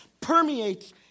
permeates